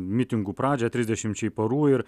mitingų pradžią trisdešimčiai parų ir